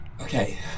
Okay